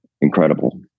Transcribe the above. incredible